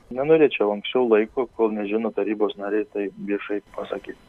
nenorėčiau anksčiau laiko kol nežino tarybos nariai tai viešai pasakyt